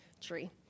Tree